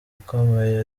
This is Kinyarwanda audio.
ikomeye